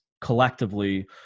collectively